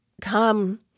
come